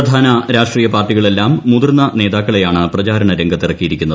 പ്രധാന രാഷ്ട്രീയ പാർട്ടികളെല്ലാം മുതിർന്ന നേതാക്കളെയാണ് പ്രചാരണ രംഗത്തിറക്കിയിരിക്കുന്നത്